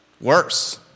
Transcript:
worse